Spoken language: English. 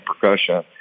percussion